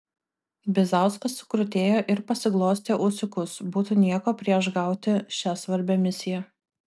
bizauskas sukrutėjo ir pasiglostė ūsiukus būtų nieko prieš gauti šią svarbią misiją